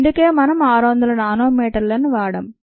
అందుకే మనం 600 నానోమీటర్లను వాడాం